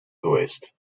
geweest